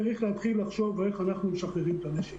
צריך להתחיל לחשוב איך אנחנו משחררים את המשק.